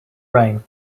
reign